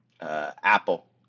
Apple